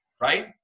right